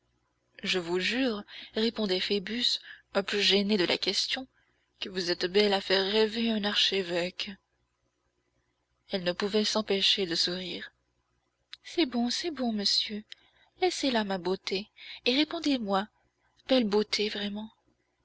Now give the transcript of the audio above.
je vous jure répondait phoebus un peu gêné de la question que vous êtes belle à faire rêver un archevêque elle ne pouvait s'empêcher de sourire c'est bon c'est bon monsieur laissez là ma beauté et répondez-moi belle beauté vraiment